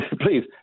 Please